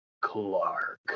Clark